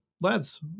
lads